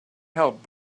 help